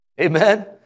amen